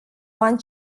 one